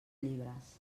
llibres